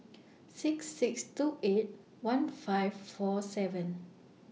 six six two eight one five four seven